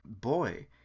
boy